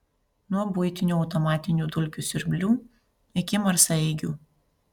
nuo buitinių automatinių dulkių siurblių iki marsaeigių